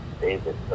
David